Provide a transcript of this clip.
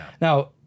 Now